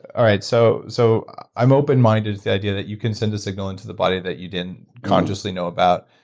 alright so so i'm open-minded to the idea that you can send a signal into the body that you didn't consciously know about,